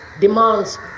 demands